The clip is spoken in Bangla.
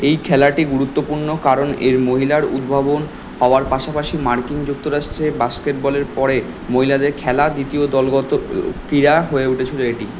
এই খেলাটি গুরুত্বপূর্ণ কারণ এর মহিলার উদ্ভাবন হওয়ার পাশাপাশি মার্কিন যুক্তরাষ্ট্রে বাস্কেটবলের পরে মহিলাদের খেলা দ্বিতীয় দলগত ক্রীড়া হয়ে উঠেছিলো এটি